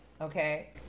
Okay